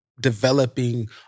developing